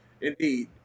Indeed